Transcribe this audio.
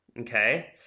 Okay